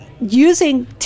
using